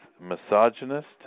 misogynist